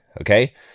Okay